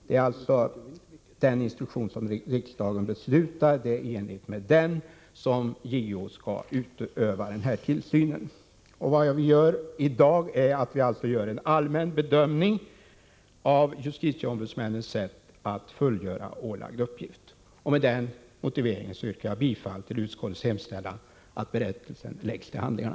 Det är alltså i enlighet med den instruktion som riksdagen beslutar som JO skall utöva tillsynen. Vad vi gör i dag är en allmän bedömning av justitieombudsmännens sätt att fullgöra den ålagda uppgiften. Med den motiveringen yrkar jag bifall till utskottets hemställan, att berättelsen läggs till handlingarna.